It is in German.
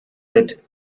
mit